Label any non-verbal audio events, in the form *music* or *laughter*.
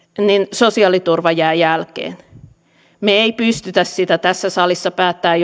sosiaaliturva jää jälkeen me emme pysty tässä salissa päättämään *unintelligible*